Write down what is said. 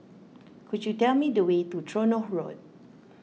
could you tell me the way to Tronoh Road